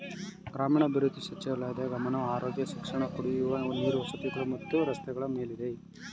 ಗ್ರಾಮೀಣಾಭಿವೃದ್ಧಿ ಸಚಿವಾಲಯದ್ ಗಮನವು ಆರೋಗ್ಯ ಶಿಕ್ಷಣ ಕುಡಿಯುವ ನೀರು ವಸತಿಗಳು ಮತ್ತು ರಸ್ತೆಗಳ ಮೇಲಿದೆ